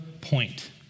point